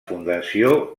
fundació